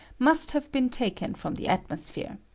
must have been taken from the atmosphere.